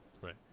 right